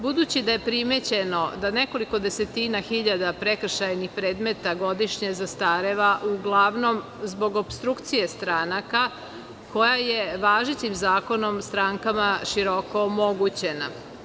Budući da je primećeno da nekoliko desetina hiljada prekršajnih predmeta godišnje zastareva uglavnom zbog opstrukcije stranaka koja je važećim zakonom strankama široko omogućena.